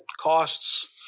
costs